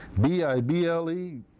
B-I-B-L-E